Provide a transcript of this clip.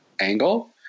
angle